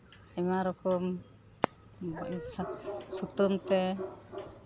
ᱟᱭᱢᱟ ᱨᱚᱠᱚᱢ ᱥᱩᱛᱟᱹᱢ ᱛᱮ